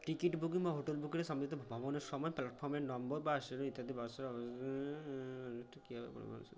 ticket booking ও hotel বুকিংয়ে সম্মিলিত ভবনের সময় প্ল্যাটফর্মের নম্বর বাসেরও ইত্যাদি বাসে কীভাবে বলব